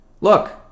Look